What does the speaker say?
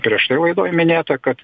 prieš tai laidoj minėta kad